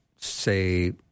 say